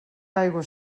aigua